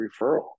referral